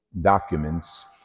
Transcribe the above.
documents